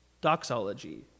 doxology